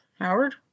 Howard